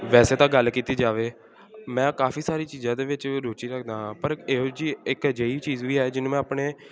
ਵੈਸੇ ਤਾਂ ਗੱਲ ਕੀਤੀ ਜਾਵੇ ਮੈਂ ਕਾਫ਼ੀ ਸਾਰੀ ਚੀਜ਼ਾਂ ਇਹਦੇ ਵਿੱਚ ਵੀ ਰੁਚੀ ਰੱਖਦਾ ਹਾਂ ਪਰ ਇਹੋ ਜਿਹੀ ਇੱਕ ਅਜਿਹੀ ਚੀਜ਼ ਵੀ ਹੈ ਜਿਹਨੂੰ ਮੈਂ ਆਪਣੇ